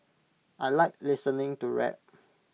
I Like listening to rap